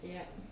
ya